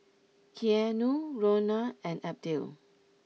Keanu Rhona and Abdiel